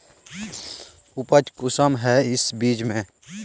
उपज कुंसम है इस बीज में?